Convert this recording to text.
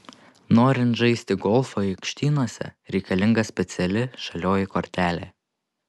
norint žaisti golfą aikštynuose reikalinga speciali žalioji kortelė